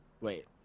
wait